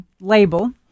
label